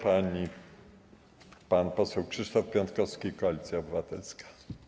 Pan poseł Krzysztof Piątkowski, Koalicja Obywatelska.